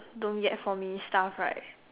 don't get for me stuff right